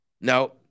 No